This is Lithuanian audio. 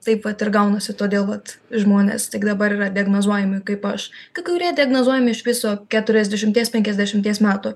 taip vat ir gaunasi todėl vat žmonės tik dabar yra diagnozuojami kaip aš kai kurie diagnozuojami iš viso keturiasdešimties penkiasdešimties metų